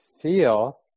feel